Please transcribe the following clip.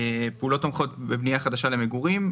פעולות תומכות בבנייה חדשה למגורים,